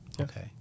okay